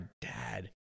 dad